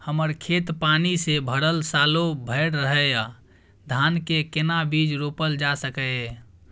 हमर खेत पानी से भरल सालो भैर रहैया, धान के केना बीज रोपल जा सकै ये?